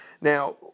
Now